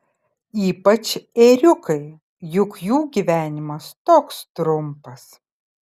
ypač ėriukai juk jų gyvenimas toks trumpas